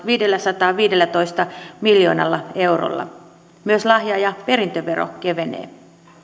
viidelläsadallaviidellätoista miljoonalla eurolla myös lahja ja perintövero kevenee myös